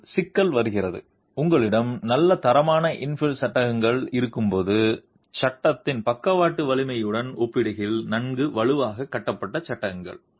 ஆனால் சிக்கல் வருகிறது உங்களிடம் நல்ல தரமான இன்ஃபில் சட்டககள் இருக்கும்போது சட்டகத்தின் பக்கவாட்டு வலிமையுடன் ஒப்பிடுகையில் நன்கு வலுவாக கட்டப்பட்ட சட்டங்கள்